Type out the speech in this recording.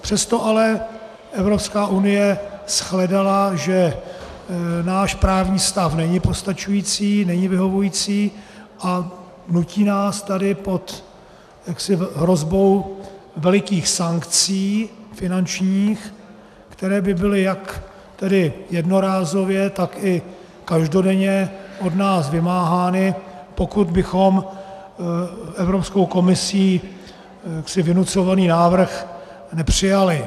Přesto ale Evropská unie shledala, že náš právní stav není postačující, není vyhovující, a nutí nás tady pod hrozbou velikých sankcí finančních, které by byly jak jednorázově, tak i každodenně od nás vymáhány, pokud bychom Evropskou komisí vynucovaný návrh nepřijali.